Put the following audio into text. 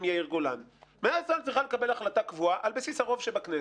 יאיר גולן מדינת ישראל צריכה לקבל החלטה קבועה על בסיס הרוב שבכנסת: